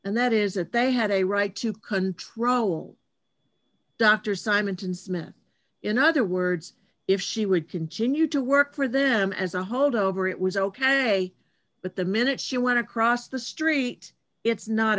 and that is that they had a right to control dr simonton smith in other words if she would continue to work for them as a holdover it was ok but the minute she went across the street it's not